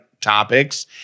topics